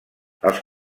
els